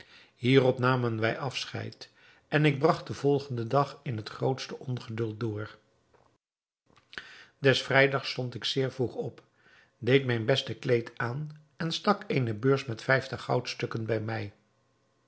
hierop namen wij afscheid en ik bragt den volgenden dag in het grootste ongeduld door des vrijdags stond ik zeer vroeg op deed mijn beste kleed aan en stak eene beurs met vijftig goudstukken bij mij